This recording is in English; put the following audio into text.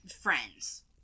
friends